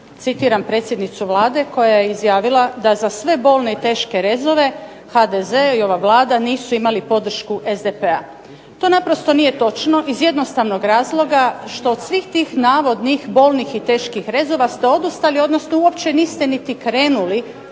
citiram predsjednicu Vlade koja je izjavila da za sve bolne i teške rezove HDZ i ova Vlada nisu imali podršku SDP-a. To naprosto nije točno iz jednostavnog razloga što od svih tih navodnih bolnih i teških rezova ste odustali, odnosno uopće niste niti krenuli